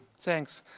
thanks.